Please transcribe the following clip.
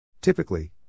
Typically